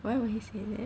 why would he say that